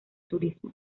turismo